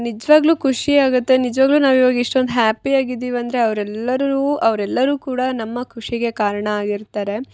ನಿಜವಾಗ್ಲು ಖುಷಿ ಆಗುತ್ತೆ ನಿಜವಾಗ್ಲು ನಾವು ಇವಾಗ ಇಷ್ಟೊಂದು ಹ್ಯಾಪಿಯಾಗಿ ಇದೀವಿ ಅಂದರೆ ಅವರೆಲ್ಲರೂ ಅವರೆಲ್ಲರು ಕೂಡ ನಮ್ಮ ಖುಷಿಗೆ ಕಾರಣ ಆಗಿರ್ತಾರೆ